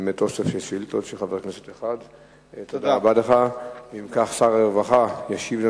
רצוני לשאול: 1. האם למשרדך יש הסבר